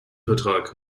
vertrag